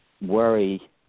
worry